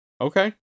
Okay